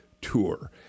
tour